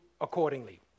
accordingly